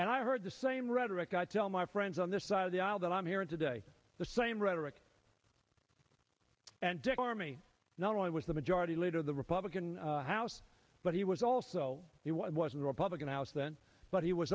and i heard the same rhetoric i tell my friends on this side of the aisle that i'm hearing today the same rhetoric and dick armey not only was the majority leader of the republican house but he was also he was in republican house then but he was